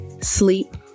sleep